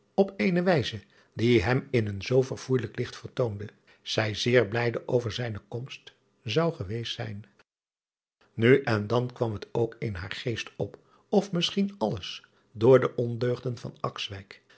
op eene wijze die hem in een zoo verfoeijelijk licht vertoonde zij zeer blijde over zijne komst zou geweest zijn u en dan kwam het ook in haar geest op of misschien alles door den ondeugenden